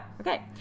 okay